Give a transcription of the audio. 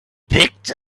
picked